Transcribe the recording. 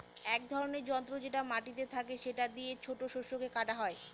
এক ধরনের যন্ত্র যেটা মাটিতে থাকে সেটা দিয়ে ছোট শস্যকে কাটা হয়